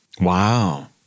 Wow